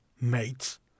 mates